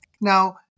Now